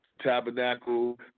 Tabernacle